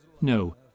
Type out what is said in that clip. No